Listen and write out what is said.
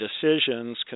decisions